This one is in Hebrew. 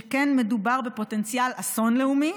שכן מדובר בפוטנציאל אסון לאומי,